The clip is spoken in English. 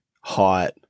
Hot